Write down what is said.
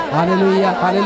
Hallelujah